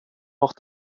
noch